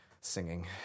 singing